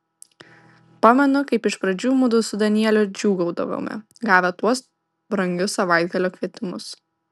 pamenu kaip iš pradžių mudu su danieliu džiūgaudavome gavę tuos brangius savaitgalio kvietimus